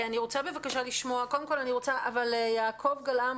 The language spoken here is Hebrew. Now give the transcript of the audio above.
יעקב גלאם,